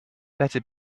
better